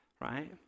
right